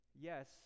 yes